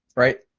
right,